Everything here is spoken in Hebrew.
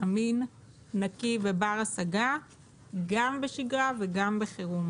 גם בשגרה וגם בחירום.